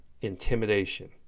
intimidation